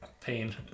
pain